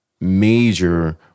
major